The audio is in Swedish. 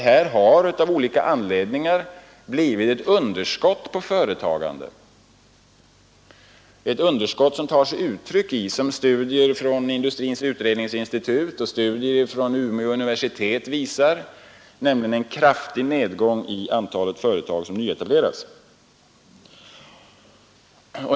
Här har det av olika anledningar blivit ett underskott på företagande som tar sig uttryck — vilket studier från Industriens utredningsinstitut och Umeå universitet visar i en kraftig nedgång av antalet nyetablerade företag.